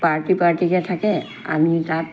party পাৰ্টিকৈ থাকে আমি তাত